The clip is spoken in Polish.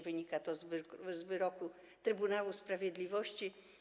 Wynika to z wyroku Trybunału Sprawiedliwości.